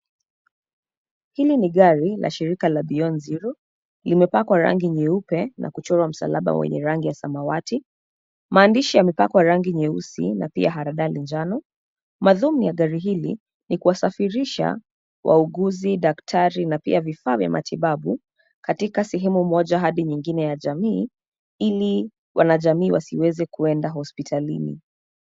Hili ni gari la shirika la Beyond Zero, limepakwa rangi nyeupe na kuchorwa msalaba wenye rangi ya samawati. Maandishi yamepakwa rangi nyeusi na pia haradani njano. Madhumuni ya gari hili ni kuwasafirisha wauguzi, daktari na pia vifaa vya matibabu katika sehemu moja hadi nyingine ya jamii ili wanajamii wasiweze kuenda hospitalini.